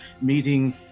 meeting